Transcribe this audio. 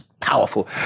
powerful